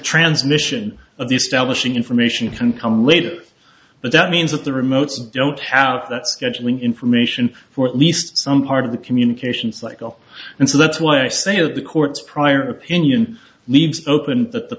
establishing information can come later but that means that the remotes don't have that scheduling information for at least some part of the communication cycle and so that's why i say of the courts prior opinion leaves open that the